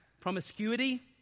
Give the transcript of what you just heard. Promiscuity